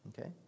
Okay